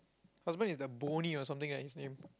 husband is the bonnie or something right his name